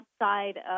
outside